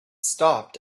stopped